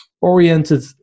oriented